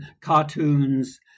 cartoons